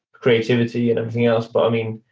creativity and everything else. but i mean,